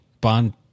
Bond